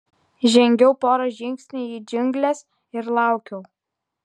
žengiau porą žingsnių į džiungles ir laukiau